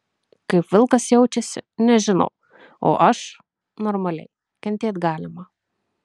kaip vilkas jaučiasi nežinau o aš normaliai kentėt galima